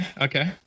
okay